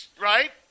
right